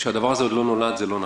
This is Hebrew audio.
שהדבר הזה עוד לא נולד זה לא נכון.